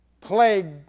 plague